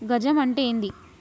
గజం అంటే ఏంది?